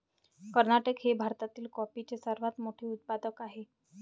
कर्नाटक हे भारतातील कॉफीचे सर्वात मोठे उत्पादक आहे